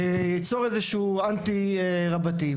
זה ייצר איזה שהוא אנטי רבתי.